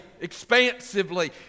expansively